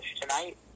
tonight